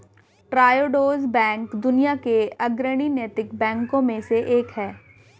Triodos bank दुनिया के अग्रणी नैतिक बैंकों में से एक है